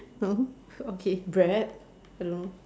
oh okay bread